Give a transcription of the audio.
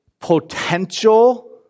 potential